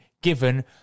given